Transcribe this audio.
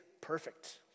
perfect